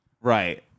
Right